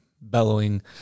bellowing